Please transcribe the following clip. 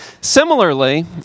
Similarly